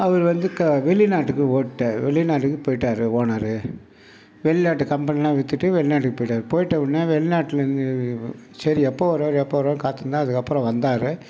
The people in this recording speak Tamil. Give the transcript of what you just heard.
அவர் வந்து வெளிநாட்டுக்கு ஓடிட்டார் வெளிநாட்டுக்கு போயிட்டார் ஓனரு வெளிநாட்டு கம்பெனிலாம் வித்துவிட்டு வெளிநாட்டுக்குப் போயிட்டார் போய்ட்ட உடனே வெளிநாட்டில் இருந்து சரி எப்போ வருவார் எப்போ வருவார் காத்திருந்தேன் அதுக்கப்புறம் வந்தார்